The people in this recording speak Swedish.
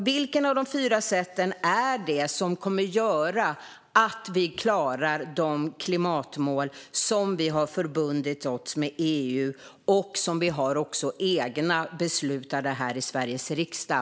Vilket av de fyra sätten är det som kommer att göra att vi klarar de klimatmål som vi har förbundit oss till genom EU och som vi också har egna beslut om här i Sveriges riksdag?